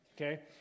okay